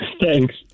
Thanks